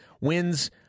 wins